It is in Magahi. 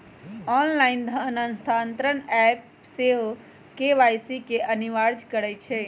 ऑनलाइन धन स्थानान्तरण ऐप सेहो के.वाई.सी के अनिवार्ज करइ छै